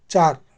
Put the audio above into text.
چار